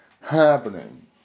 happening